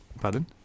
Pardon